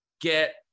get